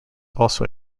also